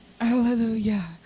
Hallelujah